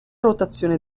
rotazione